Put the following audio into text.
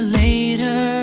later